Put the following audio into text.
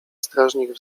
strażnik